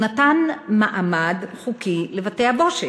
הוא נתן מעמד חוקי לבתי-הבושת,